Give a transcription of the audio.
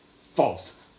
false